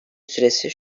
süresi